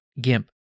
GIMP